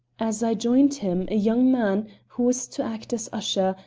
as i joined him a young man, who was to act as usher,